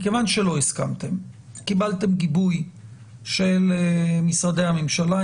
מכיוון שלא הסכמתם, קיבלתם גיבוי של משרדי הממשלה.